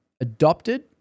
adopted